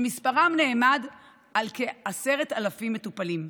שמספרם נאמד בכ-10,000 מטופלים.